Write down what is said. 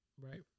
right